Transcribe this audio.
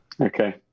Okay